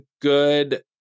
good